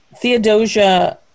theodosia